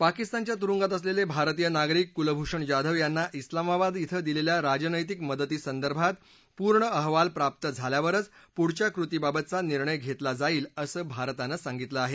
पाकिस्तानच्या तुरुंगात असलेले भारतीय नागरिक कुलभूषण जाधव यांना इस्लामाबाद इथं दिलेल्या राजनैतिक मदतीसंदर्भात पूर्ण अहवाल प्राप्त झाल्यावरच पृढच्या कृतीबाबतचा निर्णय घेतला जाईल असं भारतानं सांगितलं आहे